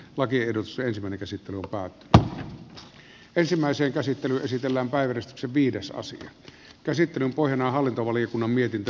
vai tiedossa ei syvene käsittely alkaa tämän ensimmäisen käsittelyn pohjana on hallintovaliokunnan mietintö